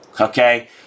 Okay